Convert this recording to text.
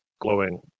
glowing